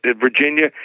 Virginia